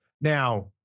Now